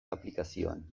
aplikazioan